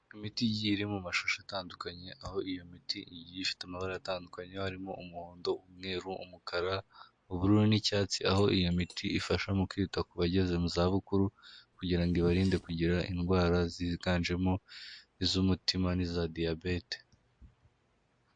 Imiti igiye iri mu mashusho atandukanye, aho iyo miti igiye ifite amabara atandukanye, aho harimo umuhondo, umweru, umukara, ubururu n'icyatsi, aho iyo miti ifasha mu kwita ku bageze mu za bukuru kugira ngo ibarinde kugira indwara ziganjemo iz'umutima n'iza diyabete.